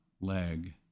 leg